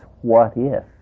what-if